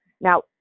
Now